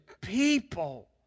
people